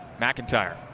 McIntyre